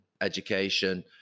education